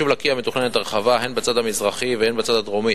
ביישוב לקיה מתוכננת הרחבה הן בצד המזרחי והן בצד הדרומי.